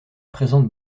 présente